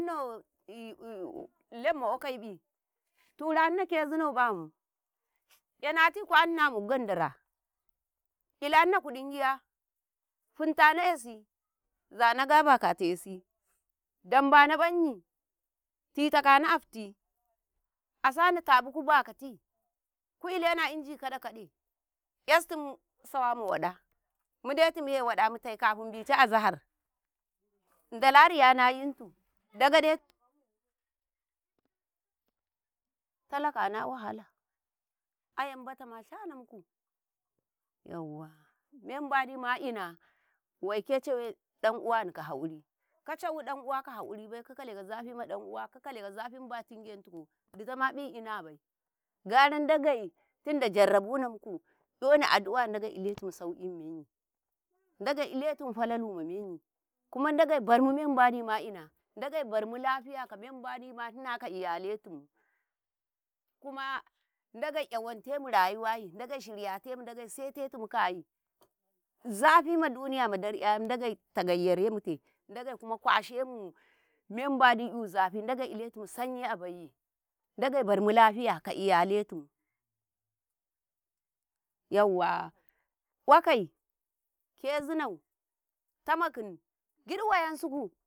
﻿ lemma ƙwakeiƃi turaninou kezino ƃam 'yanati ku amna amu ganɗra ilahninou kuɗingiya funtana 'yasi, zana gabi akata 'yasi, Dambana ƃanyi, titakan afti, asana tabi ku bakati, ku ilena a inji kaɗa-kaɗe, 'yastim sawa ma waɗa mudetu mu'ewaɗa mutai kafin bice azahar Ndala riya na yintu dagaɗet talaka na wahala ayam ƃatama shanamku yauwa men mbadi ma'ina waike cawe ɗan uwani ka hakuri ka cawu ɗan uwaka hakuribai ka kalekau zafi ma ɗan uwa ka kaleka zafi mba tingentaku ditama ƃi inabai gara Ndgei tunda jarabuna muku 'yona addu'a Ndagei iletum saukima menyin, Ndagei iletum falalu ma menyin kuma Ndagei barmu mbadi ma'aina Ndagei barmu lafiya ka memand mbadi mah'ina ka iyaletum kuma Ndage 'yawantemu rayawaiyi, Ndagei shiryatemu, Ndagei setetimukayi, zafima duniyama dar'ya'yam Ndagei tagayyaremute, Ndagei kuma kwashe mu, me mbadi 'yu zafi Ndagei iletum sanyi abaiyii, Ndagei barmu lafiya ka iyaletum yauwa ƙwakai, kezinou, tamakim gid wayan suku.